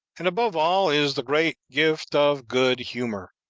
and above all is the great gift of good-humor.